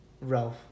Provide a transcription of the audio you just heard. Ralph